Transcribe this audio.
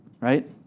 right